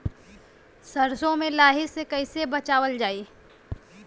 सरसो में लाही से कईसे बचावल जाई?